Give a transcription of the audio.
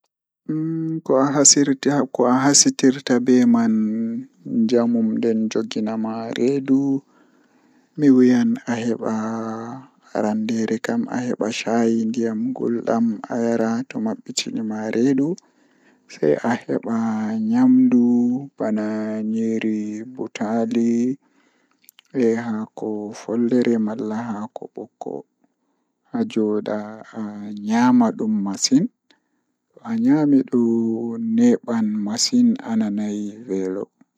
Haɓɓude rewɓe waɗa waɗa tun e lewru, ɗum waɗi rewɓe ɗum e ɗimɓe waɗa waɗa rewɓe ɗamre e baawol saafara. Toffli njari naange faaɗiraaɗe ɗamre e ɓogge baatiru waɗi moƴƴi goɗɗo. Labinaari kaɗe rewɓe njari ɗam ɗoo goɗɗo rewɓe muusaaji e waɗa ɗum rewɓe nguurii. Labinaari rewɓe waɗa waɗa nguruɓe njari naange waɗa moƴƴi ɗi waɗa nguurii.